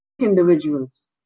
individuals